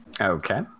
Okay